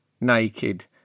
naked